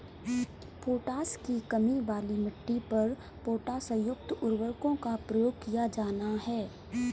potash की कमी वाली मिट्टी पर पोटाशयुक्त उर्वरकों का प्रयोग किया जाना है